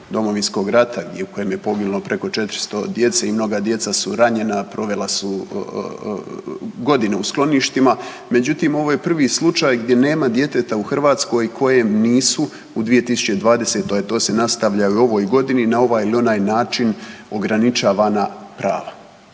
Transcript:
Domovinskog rata gdje je naime poginulo preko 400 djece i mnoga djeca su ranjena, provela su godine u skloništima, međutim ovo je prvi slučaj gdje nema djeteta u Hrvatskoj kojem nisu u 2020., a to se nastavlja i u ovoj godini na ovaj ili onaj način ograničavana prava.